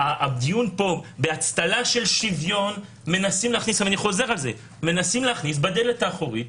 באצטלה של שוויון מנסים פה להכניס בדלת האחורית